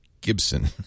Gibson